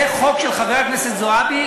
זה חוק של חברת הכנסת זועבי,